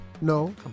no